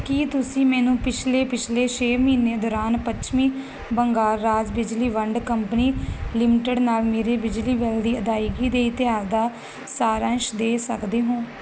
ਕੀ ਤੁਸੀਂ ਮੈਨੂੰ ਪਿਛਲੇ ਪਿਛਲੇ ਛੇ ਮਹੀਨੇ ਦੌਰਾਨ ਪੱਛਮੀ ਬੰਗਾਲ ਰਾਜ ਬਿਜਲੀ ਵੰਡ ਕੰਪਨੀ ਲਿਮਟਿਡ ਨਾਲ ਮੇਰੇ ਬਿਜਲੀ ਬਿੱਲ ਦੀ ਅਦਾਇਗੀ ਦੇ ਇਤਿਹਾਸ ਦਾ ਸਾਰਾਂਸ਼ ਦੇ ਸਕਦੇ ਹੋ